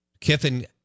Kiffin